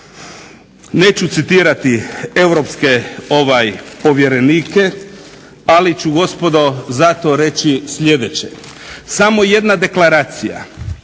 Neću citirati europske povjerenike, ali ću gospodo zato reći sljedeće. Samo jedna deklaracija